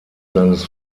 seines